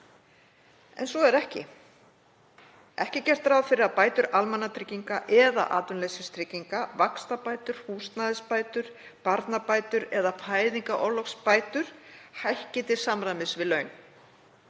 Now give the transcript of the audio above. En svo er ekki. Ekki er gert ráð fyrir að bætur almannatrygginga eða atvinnuleysistrygginga, vaxtabætur, húsnæðisbætur, barnabætur eða fæðingarorlofsgreiðslur, hækki til samræmis við laun.